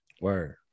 word